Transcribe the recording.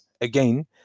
again